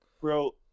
Bro